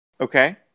Okay